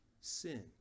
sin